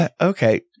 Okay